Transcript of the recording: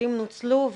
התקציבים נוצלו,